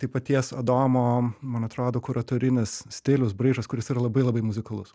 tai paties adomo man atrodo kuratorinis stilius braižas kuris yra labai labai muzikalus